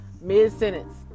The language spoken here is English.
mid-sentence